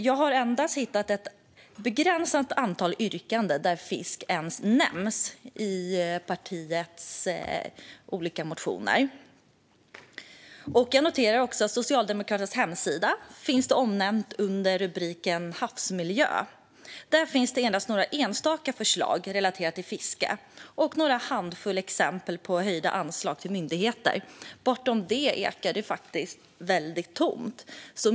Jag har endast hittat ett begränsat antal yrkanden där fisk ens nämns i partiets olika motioner. Jag noterar också att det på Socialdemokraternas hemsida finns omnämnt under rubriken Havsmiljö. Där finns endast några enstaka förslag relaterade till fiske och någon handfull exempel på höjda anslag till myndigheter. Bortom det ekar det väldigt tomt.